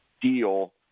deal